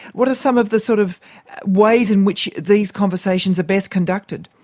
what are some of the sort of ways in which these conversations are best conducted?